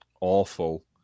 awful